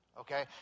okay